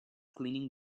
cleaning